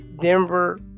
denver